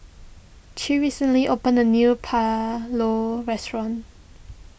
Che recently opened a new Pulao Restaurant